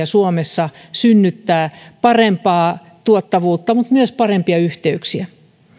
suomessa edellytyksiä synnyttää parempaa tuottavuutta mutta myös parempia yhteyksiä